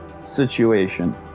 situation